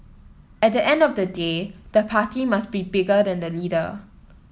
at the end of the day the party must be bigger than the leader